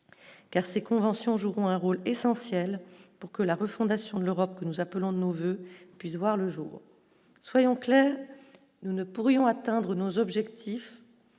car ces conventions joueront un rôle essentiel pour que la refondation de l'Europe que nous appelons de nos voeux puisse voir le jour, soyons clairs, nous ne pourrions atteindre nos objectifs